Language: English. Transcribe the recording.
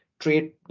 trade